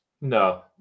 No